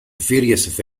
various